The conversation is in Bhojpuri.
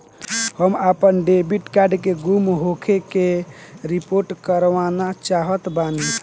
हम आपन डेबिट कार्ड के गुम होखे के रिपोर्ट करवाना चाहत बानी